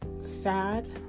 sad